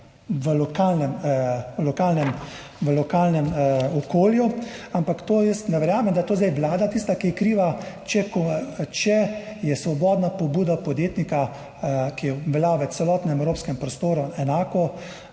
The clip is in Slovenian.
v lokalnem okolju. Ampak ne verjamem, da je zdaj Vlada tista, ki je kriva, če je svobodna pobuda podjetnika, ki velja v celotnem evropskem prostoru enako,